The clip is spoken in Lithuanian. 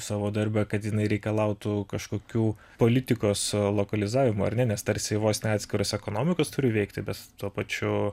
savo darbe kad jinai reikalautų kažkokių politikos lokalizavimo ar ne nes tarsi vos ne atskiros ekonomikos turi veikti bet tuo pačiu